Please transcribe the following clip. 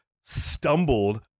stumbled